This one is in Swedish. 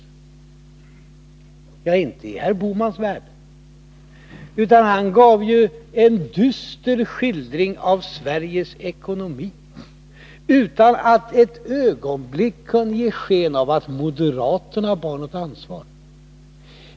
Tydligen inte i herr Bohmans värld. Han gav ju en dyster skildring av Sveriges ekonomi, utan att för ett ögonblick ge sken av att moderaterna bar något ansvar.